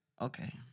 Okay